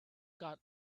got